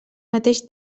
mateix